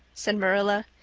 said marilla.